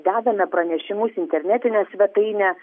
dedame pranešimus į internetinę svetainę